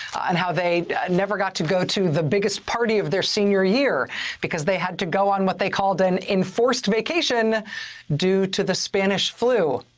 and how they never got to go to the biggest party of their senior year because they had to go on what they called an enforced vacation due to the spanish flu.